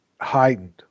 heightened